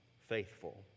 faithful